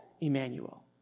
Emmanuel